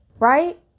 Right